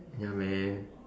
ya man